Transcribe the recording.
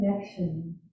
connection